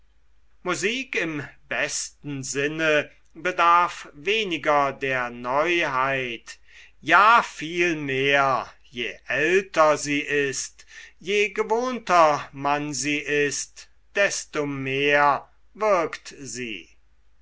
musik im besten sinne bedarf weniger der neuheit ja vielmehr je älter sie ist je gewohnter man sie ist desto mehr wirkt sie